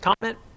Comment